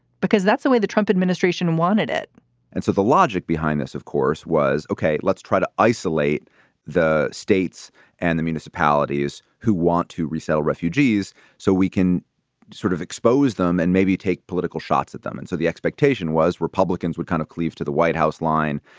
because that's the way the trump administration wanted it and so the logic behind this, of course, was, ok, let's try to isolate the states and the municipalities who want to resettle refugees so we can sort of expose them and maybe take political shots at them. and so the expectation was republicans would kind of cleave to the white house line.